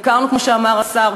ביקרנו, כמו שאמר השר,